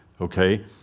okay